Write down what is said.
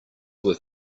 were